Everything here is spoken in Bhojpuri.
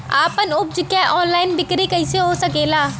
आपन उपज क ऑनलाइन बिक्री कइसे हो सकेला?